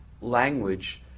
language